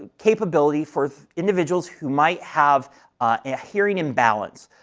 capability for individuals who might have a hearing imbalance.